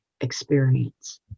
experience